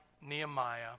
Nehemiah